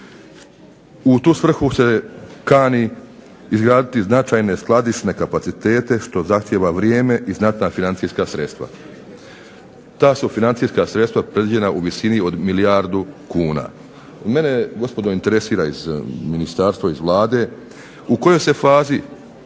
U tu svrhu se kani izgraditi značajne skladišne kapacitete, što zahtjeva vrijeme i znatna financijska sredstva. Ta su financijska sredstva predviđena u visini od milijardu kuna. Mene gospodo interesira iz ministarstva, iz Vlade, u kojoj se fazi